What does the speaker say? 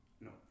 no